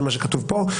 זה מה שכתוב כאן,